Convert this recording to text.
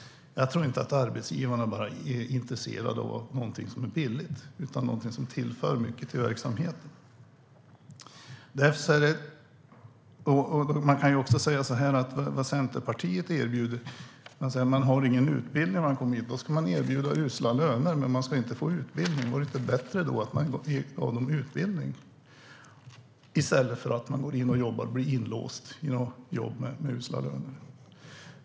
Jag tror att arbetsgivarna är intresserade inte bara av någonting som är billigt utan av någonting som tillför mycket till verksamheten. Centerpartiet säger att om man kommer hit utan utbildning ska man erbjudas usla löner, men man ska inte få utbildning. Vore det inte bättre att man gavs utbildning i stället för att bli inlåst i något jobb med usla löner?